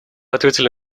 ответили